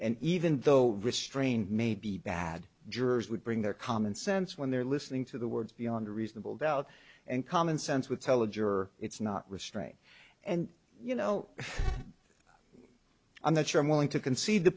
and even though restraint may be bad jurors would bring their common sense when they're listening to the words beyond reasonable doubt and common sense would tell a juror it's not restrain and you know i'm not sure i'm willing to concede the